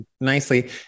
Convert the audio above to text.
nicely